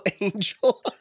angel